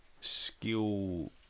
skill